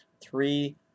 three